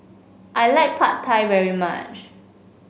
I like Pad Thai very much